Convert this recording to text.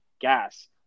gas